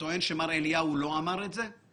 מעודכנים ומעדכנים אחד את השני באופן שוטף,